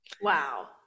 Wow